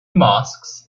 mosques